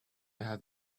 have